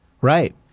Right